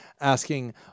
asking